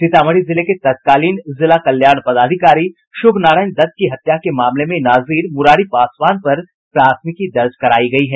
सीतामढ़ी जिले के तत्कालीन जिला कल्याण पदाधिकारी शुभ नारायण दत्त की हत्या के मामले में नाजिर मुरारी पासवान पर प्राथमिकी दर्ज करायी गयी है